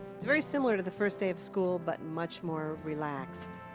it's very similar to the first day of school, but much more relaxed.